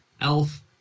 elf